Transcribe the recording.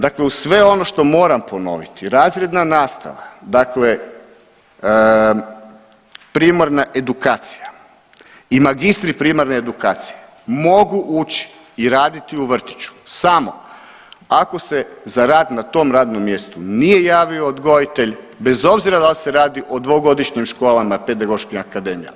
Dakle, uz sve ono što moram ponoviti razredna nastava, dakle primarna edukacija i magistri primarne edukacije mogu ući i raditi u vrtiću samo ako se za rad na tom radnom mjestu nije javio odgojitelj bez obzira da li se radi o dvogodišnjim školama, pedagoškim akademijama.